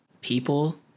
people